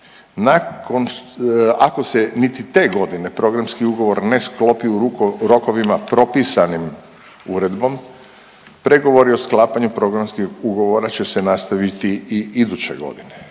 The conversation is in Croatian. Ako se niti te godine programski ugovor ne sklopi u rokovima propisanim uredbom pregovori o sklapanju programskih ugovora će se nastaviti i iduće godine.